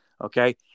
Okay